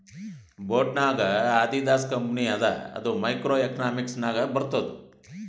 boat ನಾಗ್ Adidas company ಅದ ಅದು ಮೈಕ್ರೋ ಎಕನಾಮಿಕ್ಸ್ ನಾಗೆ ಬರ್ತುದ್